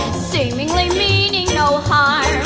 seemingly meaning no higher.